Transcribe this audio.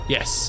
Yes